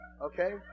Okay